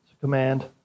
Command